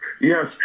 Yes